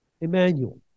Emmanuel